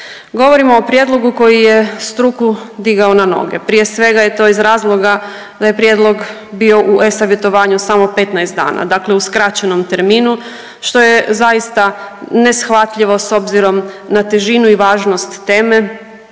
Govorimo o prijedlogu koji je struku digao na noge. Prije svega je to iz razloga da je prijedlog bio u e-savjetovanju samo 15 dana, dakle u skraćenom terminu što je zaista neshvatljivo s obzirom na težinu i važnost teme.